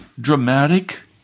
dramatic